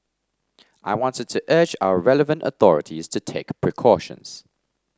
I wanted to urge our relevant authorities to take precautions